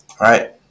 Right